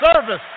Service